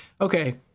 okay